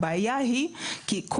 הבעיה היא שכל